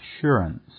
assurance